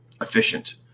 efficient